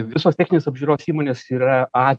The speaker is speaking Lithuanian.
visos techninės apžiūros įmonės yra a